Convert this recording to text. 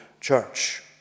church